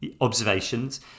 observations